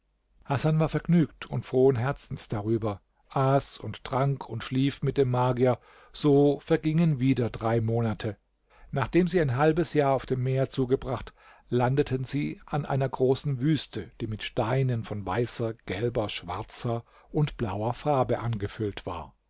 hasan war vergnügt und frohen herzens darüber aß und trank und schlief mit dem magier so vergingen wieder drei monate nachdem sie ein halbes jahr auf dem meer zugebracht landeten sie an einer großen wüste die mit steinen von weißer gelber schwarzer und blauer farbe angefüllt war